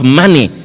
money